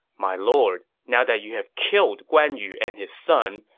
my lord, now that you have killed guan yu and his son,